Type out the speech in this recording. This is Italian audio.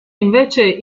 invece